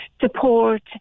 support